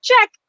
check